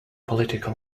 political